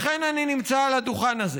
לכן אני נמצא על הדוכן הזה